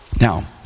Now